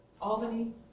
Albany